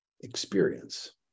experience